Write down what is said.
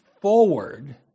forward